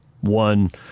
one